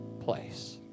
place